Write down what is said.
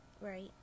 Right